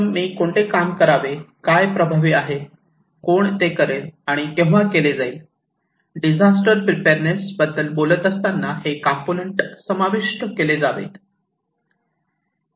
प्रथम मी कोणते काम करावे काय प्रभावी आहे कोण करेल आणि केव्हा केले जाईल डिजास्टर प्रिपेअरनेस बद्दल बोलत असताना हे कॉम्पोनन्ट्स समाविष्ट केले जावेत